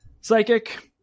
psychic